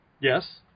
Yes